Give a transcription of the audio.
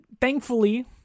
thankfully